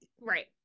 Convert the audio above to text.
Right